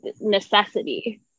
necessity